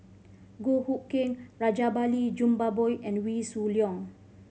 Goh Hood Keng Rajabali Jumabhoy and Wee Shoo Leong